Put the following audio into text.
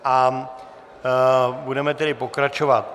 A budeme tedy pokračovat.